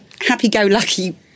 happy-go-lucky